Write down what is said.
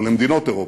ולמדינות אירופה,